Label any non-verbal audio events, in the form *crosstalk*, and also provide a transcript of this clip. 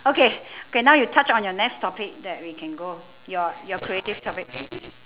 okay *breath* K now you touch on your next topic that we can go your your creative topic